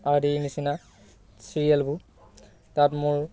আদিৰ নিচিনা চিৰিয়েলবোৰ তাত মোৰ